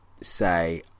say